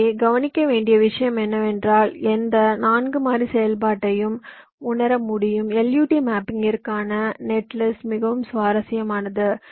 எனவே கவனிக்க வேண்டிய விஷயம் என்னவென்றால் எந்த 4 மாறி செயல்பாட்டையும் உணர முடியும் LUT மேப்பிங்கிற்கான நெட்லிஸ்ட் மிகவும் சுவாரஸ்யமானது